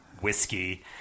whiskey